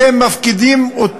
אתם מפקידים את